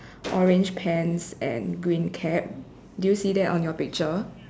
orange pants and green cap do you see that on your picture